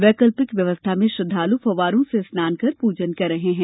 वैकल्पिक व्यवस्था में श्रद्धालु फ्व्वारों से स्नान कर पूजन कर रहे हैं